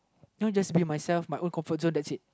don't just be myself my own comfort zone that's it